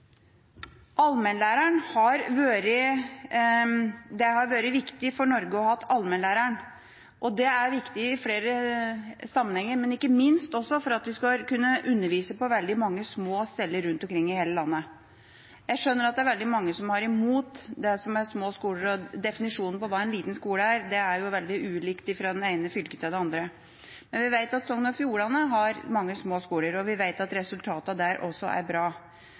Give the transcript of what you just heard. allmennlæreren, og det er viktig i flere sammenhenger, men ikke minst også for at en skal kunne undervise på veldig mange små steder rundt omkring i hele landet. Jeg skjønner at det er veldig mange som er imot definisjonen på hva en liten skole er – det er veldig ulikt fra det ene fylket til det andre. Men vi vet at Sogn og Fjordane har mange små skoler, og vi vet at resultatene der er bra.